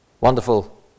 Wonderful